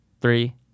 Three